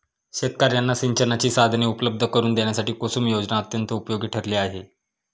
शेतकर्यांना सिंचनाची साधने उपलब्ध करून देण्यासाठी कुसुम योजना अत्यंत उपयोगी ठरली आहे